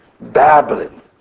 Babylon